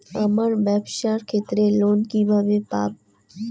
আমার ব্যবসার ক্ষেত্রে লোন কিভাবে পাব?